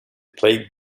plagued